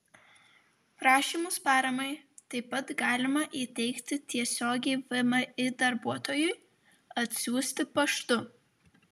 prašymus paramai taip pat galima įteikti tiesiogiai vmi darbuotojui atsiųsti paštu